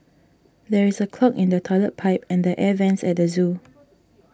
there is a clog in the Toilet Pipe and the Air Vents at the zoo